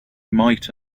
might